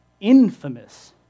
infamous